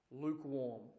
lukewarm